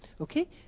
okay